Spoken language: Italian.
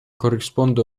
corrisponde